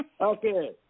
Okay